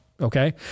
Okay